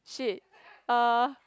shit uh